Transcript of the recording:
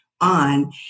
on